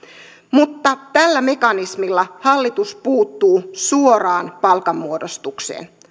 mutta tällä mekanismilla hallitus puuttuu suoraan palkanmuodostukseen